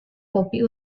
kopi